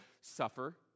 suffer